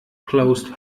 closed